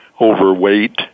overweight